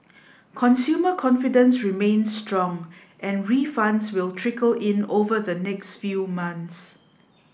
consumer confidence remains strong and refunds will trickle in over the next few months